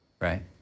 right